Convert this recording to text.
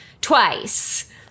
twice